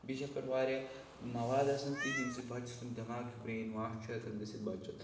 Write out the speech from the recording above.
بیٚیہِ چھِ اَتھ پٮ۪ٹھ واریاہ مواد آسان تِتھ ییٚمہِ سۭتۍ بَچہِ سُنٛد دٮ۪ماغ برٛین واش چھُ ہٮ۪کان گٔژھِتھ بَچَس